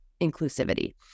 inclusivity